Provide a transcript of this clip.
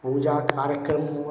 पूजाकार्यक्रमं वा